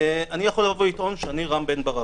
יכול לטעון שאני רם בן ברק.